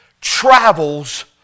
travels